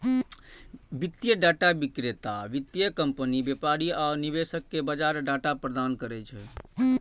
वित्तीय डाटा विक्रेता वित्तीय कंपनी, व्यापारी आ निवेशक कें बाजार डाटा प्रदान करै छै